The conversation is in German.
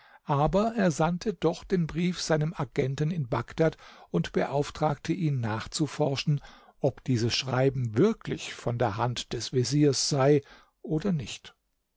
aber er sandte doch den brief seinem agenten in bagdad und beauftragte ihn nachzuforschen ob dieses schreiben wirklich von der hand des veziers sei oder nicht